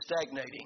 stagnating